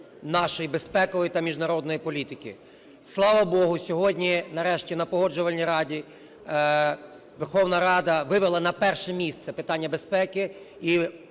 нашої безпекової та міжнародної політики. Слава Богу, сьогодні, нарешті, на Погоджувальній раді Верховна Рада вивела на перше місце питання безпеки